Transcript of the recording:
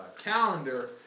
calendar